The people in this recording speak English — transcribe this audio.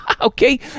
Okay